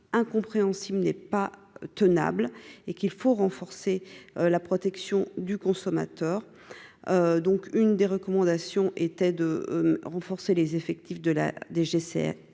incompréhensible, n'est pas tenable et qu'il faut renforcer la protection du consommateur, donc une des recommandations était de renforcer les effectifs de la DGSE